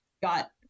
got